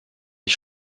des